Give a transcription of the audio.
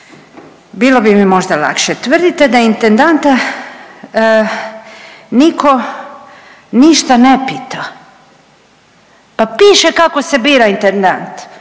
bilo bi mi možda lakše. Tvrdite da intendanta niko ništa ne pita. Pa piše kako se bira intendant,